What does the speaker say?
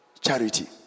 charity